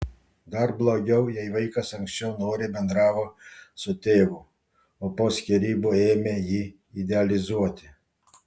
dar blogiau jei vaikas anksčiau noriai bendravo su tėvu o po skyrybų ėmė jį idealizuoti